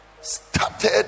started